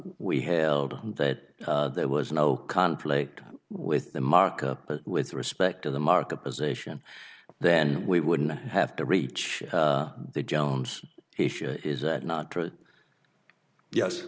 have heard that there was no conflict with the market with respect to the market position then we wouldn't have to reach the jones issue is that not true yes